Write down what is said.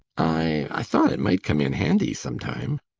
i i thought it might come in handy sometime,